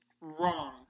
wrong